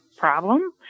problem